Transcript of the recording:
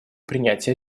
принятия